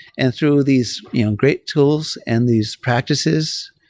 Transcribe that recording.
and through these you know great tools and these practices,